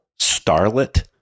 starlet